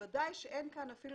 בוודאי אין כאן אפילו